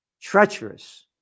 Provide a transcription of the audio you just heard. Treacherous